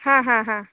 ಹಾಂ ಹಾಂ ಹಾಂ